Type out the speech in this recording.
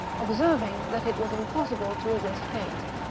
observing that it was impossible to resist fate.